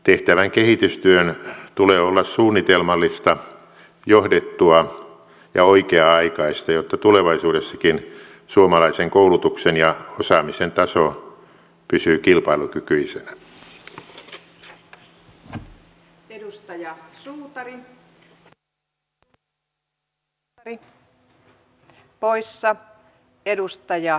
tehtävän kehitystyön tulee olla suunnitelmallista johdettua ja oikea aikaista jotta tulevaisuudessakin suomalaisen koulutuksen ja osaamisen taso pysyy kilpailukykyisenä